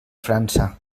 frança